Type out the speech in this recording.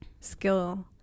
skill